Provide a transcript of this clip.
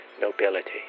nobility